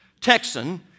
Texan